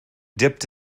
dipped